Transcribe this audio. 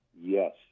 Yes